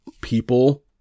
people